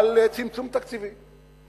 על צמצום תקציבי.